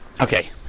okay